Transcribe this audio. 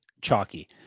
Chalky